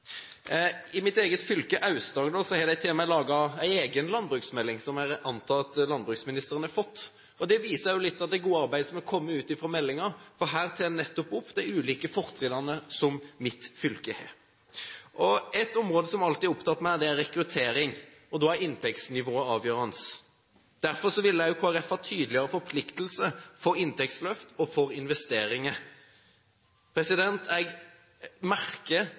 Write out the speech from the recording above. I mitt eget fylke, Aust-Agder, har de til og med laget en egen landbruksmelding, som jeg antar at landbruksministeren har fått. Det viser litt av det gode arbeidet som har kommet ut av landbruksmeldingen. Her tar man nettopp opp de ulike fortrinnene som mitt fylke har. Et område som alltid har opptatt meg, er rekruttering, og da er inntektsnivået avgjørende. Derfor vil Kristelig Folkeparti ha en tydeligere forpliktelse for inntektsløft og investeringer. Jeg merker